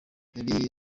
yari